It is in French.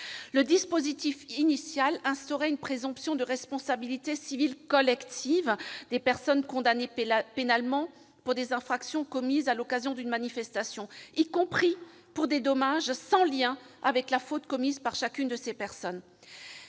Le dispositif initial instaurait une présomption de responsabilité civile collective des personnes condamnées pénalement pour des infractions commises à l'occasion d'une manifestation, y compris pour des dommages sans lien avec la faute commise par chacune de ces personnes.